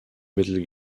mittel